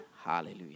Hallelujah